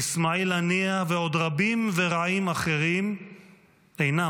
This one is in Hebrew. אסמאעיל הנייה ועוד רבים ורעים אחרים אינם.